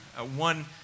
One